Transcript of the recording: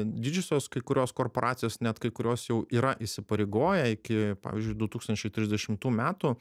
didžiosios kai kurios korporacijos net kai kurios jau yra įsipareigoję iki pavyzdžiui du tūkstančiai trisdešimtų metų